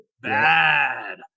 Bad